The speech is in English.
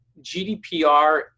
GDPR